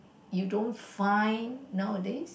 you don't find nowadays